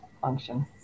function